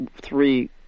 three